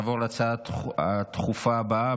נעבור להצעה הדחופה הבאה,